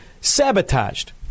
sabotaged